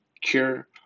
cure